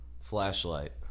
Flashlight